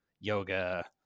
yoga